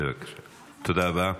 תודה רבה.